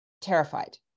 terrified